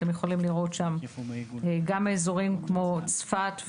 אתם יכולים לראות שם גם אזורים כמו צפת,